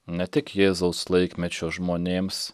ne tik jėzaus laikmečio žmonėms